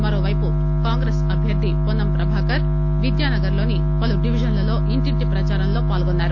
మరోవైపు కాంగ్రెస్ అభ్యర్ది పొన్నం ప్రభాకర్ విద్యానగర్ లోని పలు డివిజన్లలో ఇంటింటి ప్రదారంలో పాల్గొన్నారు